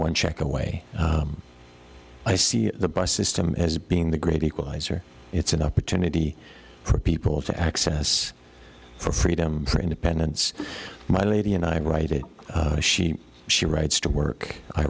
one check away i see the bus system as being the great equalizer it's an opportunity for people to access for freedom for independence my lady and i write it she she writes to work i